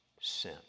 sin